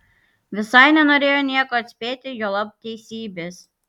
visai nenorėjo nieko atspėti juolab teisybės